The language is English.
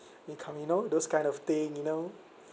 when you come you know those kind of thing you know